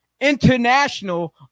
international